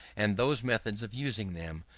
and those methods of using them,